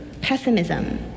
pessimism